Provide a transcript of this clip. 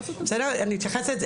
אני אתייחס לזה,